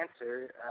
answer